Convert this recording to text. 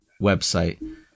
website